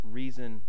reason